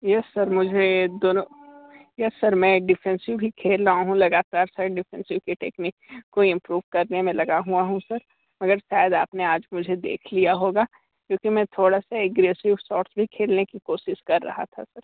yes sir मुझे दोनों yes sir मैं डिफेंसिव भी खेल रहा हूँ लगातार सर डिफेंसिव की टेक्निक को इम्प्रूव करने में लगा हुआ हूँ सर मगर शायद आपने आज मुझे देख लिया होगा क्योंकि मैं थोड़ा सा अग्रेसिव शॉट्स भी खेलने की कोशिश कर रहा था सर